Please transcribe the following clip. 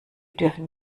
dürfen